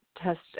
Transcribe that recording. test